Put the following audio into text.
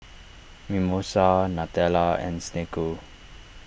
Mimosa Nutella and Snek Ku